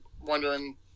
wondering